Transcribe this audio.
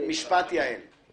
אני לא יודע מה אני רוצה מעצמי.